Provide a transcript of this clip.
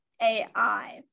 AI